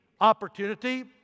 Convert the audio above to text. opportunity